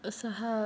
सः